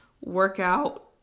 workout